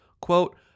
quote